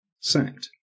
sacked